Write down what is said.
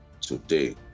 today